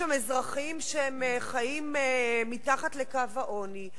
יש שם אזרחים שחיים מתחת לקו העוני,